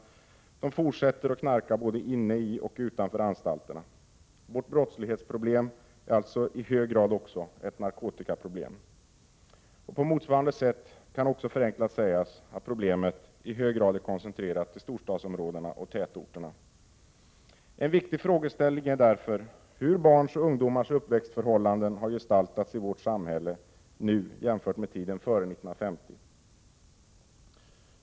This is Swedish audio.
De fortsätter att knarka både inne i och utanför anstalterna. Vårt brottslighetsproblem är alltså i hög grad också ett narkotikaproblem. På motsvarande sätt kan också förenklat sägas att problemet i hög grad är koncentrerat till storstadsområdena och tätorterna. En viktig frågeställning är därför hur barns och ungdomars uppväxtförhållanden gestaltas i vårt samhälle jämfört med tiden före 1950.